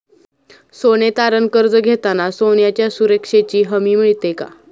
सोने तारण कर्ज घेताना सोन्याच्या सुरक्षेची हमी मिळते का?